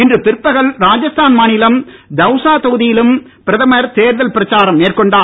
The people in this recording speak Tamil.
இன்று பிற்பகல் ராஜஸ்தான் மாநிலம் தௌஸா தொகுதியிலும் பிரதமர் தேர்தல் பிரச்சாரம் மேற்கொண்டார்